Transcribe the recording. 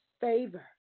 favor